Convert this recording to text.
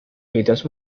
videos